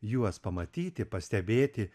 juos pamatyti pastebėti